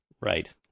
Right